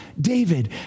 David